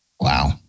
Wow